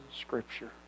Scripture